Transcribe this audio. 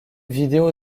vidéo